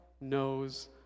knows